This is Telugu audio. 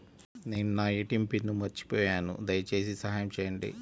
నేను నా ఏ.టీ.ఎం పిన్ను మర్చిపోయాను దయచేసి సహాయం చేయండి